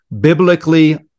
Biblically